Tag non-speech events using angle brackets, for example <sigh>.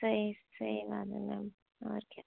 सही सही बात है मैम <unintelligible>